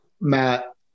Matt